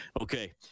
Okay